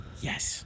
Yes